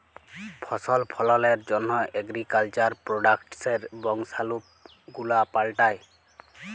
ফসল ফললের জন্হ এগ্রিকালচার প্রডাক্টসের বংশালু গুলা পাল্টাই